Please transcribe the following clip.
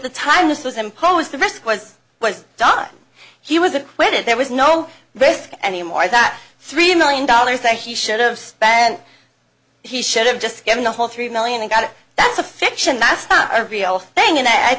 the time this was imposed the risk was was done he was acquitted there was no risk anymore that three million dollars that he should have spent he should have just given the whole three million and got it that's a fiction that's a real thing and i